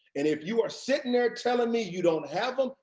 and if you are sitting there telling me you don't have them,